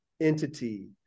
entity